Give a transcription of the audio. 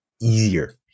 easier